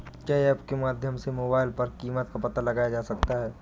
क्या ऐप के माध्यम से मोबाइल पर कीमत का पता लगाया जा सकता है?